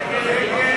חברי הכנסת,